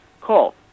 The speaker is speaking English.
Call